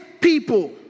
people